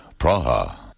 Praha